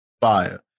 fire